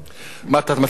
מה אתה מציע, אדוני?